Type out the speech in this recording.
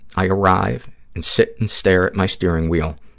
i arrive and sit and stare at my steering wheel,